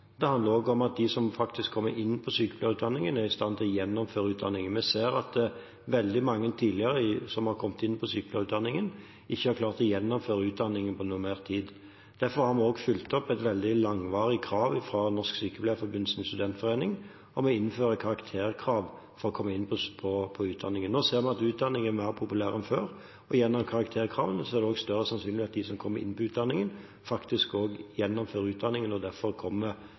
det handler også om at de som faktisk kommer inn på sykepleierutdanningen, er i stand til å gjennomføre den. Vi ser at veldig mange som har kommet inn på sykepleierutdanningen tidligere, ikke har klart å gjennomføre utdanningen på normert tid. Derfor har vi fulgt opp et veldig langvarig krav fra Norsk Sykepleierforbunds studentforening om å innføre karakterkrav for å komme inn på utdanningen. Nå ser vi at utdanningen er mer populær enn før. Med karakterkravene er det også større sannsynlighet for at de som kommer inn på utdanningen, faktisk gjennomfører den og derfor kommer